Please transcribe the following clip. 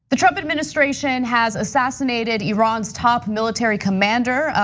the trump administration has assassinated iran's top military commander,